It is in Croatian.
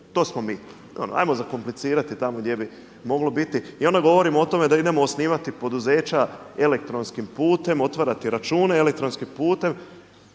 to smo mi. I ono, 'ajmo zakomplicirati tamo gdje bi moglo biti. I onda govorimo o tome da idemo osnivati poduzeća elektronskim putem, otvarati račune elektronskim putem.